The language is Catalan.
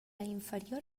inferior